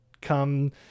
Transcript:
come